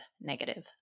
negative